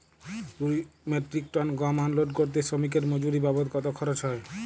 দুই metric ton গম unload করতে শ্রমিক এর মজুরি বাবদ কত খরচ হয়?